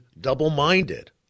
double-minded